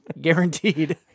Guaranteed